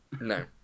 No